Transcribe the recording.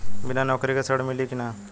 बिना नौकरी के ऋण मिली कि ना?